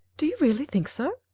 do you really think so?